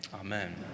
Amen